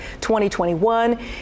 2021